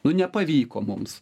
nu nepavyko mums